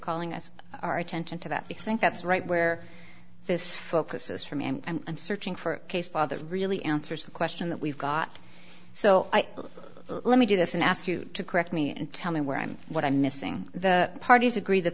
calling us our attention to that if you think that's right where this focus is from and i'm searching for case father really answers the question that we've got so let me do this and ask you to correct me and tell me where i'm what i'm missing the parties agree that